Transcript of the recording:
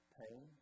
pain